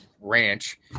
ranch